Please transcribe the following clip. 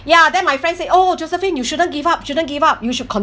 ya then my friend said oh josephine you shouldn't give up shouldn't give up you should continue